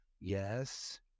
yes